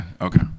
okay